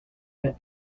met